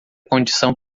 condição